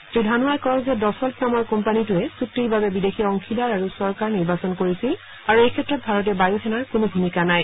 শ্ৰী ধানোৱাই কয় যে ডচল্ট নামৰ কোম্পানীটোৱে চুক্তিৰ বাবে বিদেশী অংশীদাৰ আৰু চৰকাৰ নিৰ্বাচন কৰিছিল আৰু এইক্ষেত্ৰত ভাৰতীয় বায়ুসেনাৰ কোনো ভূমিকা নাই